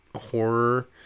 horror